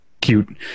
cute